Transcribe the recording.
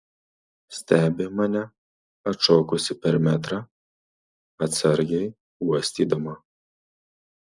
stebi mane atšokusi per metrą atsargiai uostydama